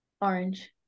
Orange